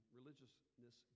religiousness